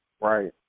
Right